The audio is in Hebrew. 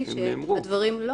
לא.